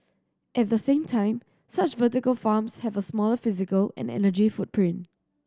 at the same time such vertical farms have a smaller physical and energy footprint